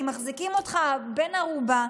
אם מחזיקים אותך בן ערובה,